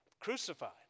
Crucified